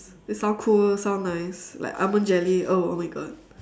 it sound cool it sound nice like almond jelly oh oh my god